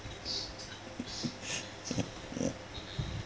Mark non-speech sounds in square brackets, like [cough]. [laughs] yeah